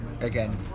again